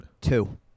Two